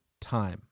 time